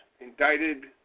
indicted